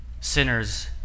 sinners